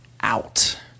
out